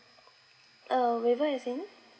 uh